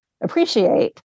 appreciate